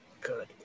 Good